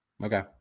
Okay